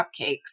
cupcakes